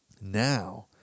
Now